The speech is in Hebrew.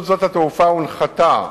רשות שדות התעופה הנחתה